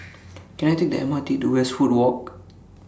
Can I Take The M R T to Westwood Walk